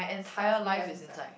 stuff you have inside